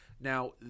Now